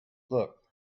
look